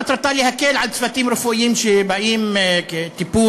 מטרתה להקל על צוותים רפואיים שבאים לטפל,